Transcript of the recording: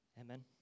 Amen